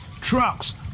trucks